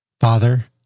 Father